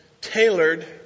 tailored